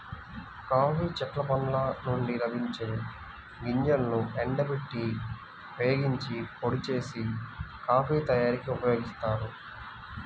coffee చెట్ల పండ్ల నుండి లభించే గింజలను ఎండబెట్టి, వేగించి, పొడి చేసి, కాఫీ తయారీకి ఉపయోగిస్తారు